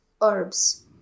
herbs